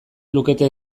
lukete